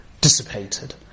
dissipated